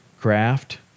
craft